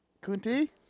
Kunti